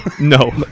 No